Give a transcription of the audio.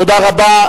תודה רבה.